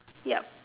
yup